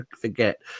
forget